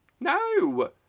No